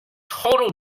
total